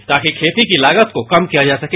ताकि खेती की लागत को कम किया जा सके